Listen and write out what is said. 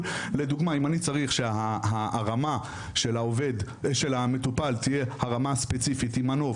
לדוגמא אם אני צריך שההרמה של המטופל תהיה הרמה ספציפית עם מנוף,